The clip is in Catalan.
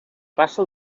passa